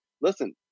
listen